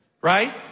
right